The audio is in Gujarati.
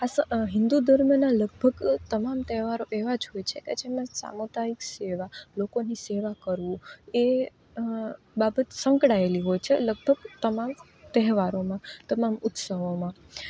આ હિંદુ ધર્મના લગભગ તમામ તહેવારો એવા જ હોય છે કે જેમાં સામુદાયિક સેવા લોકોની સેવા કરવું એ બાબત સંકળાયેલી હોય છે લગભગ તમામ તહેવારોમાં તમામ ઉત્સવોમાં